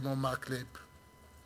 כמו מקלב,